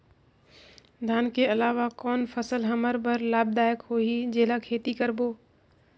धान के अलावा कौन फसल हमर बर लाभदायक होही जेला खेती करबो?